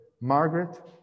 Margaret